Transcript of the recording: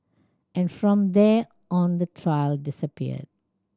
and from there on the trail disappeared